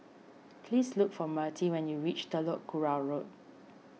please look for Mertie when you reach Telok Kurau Road